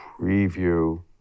preview